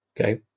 Okay